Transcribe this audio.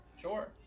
sure